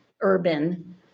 urban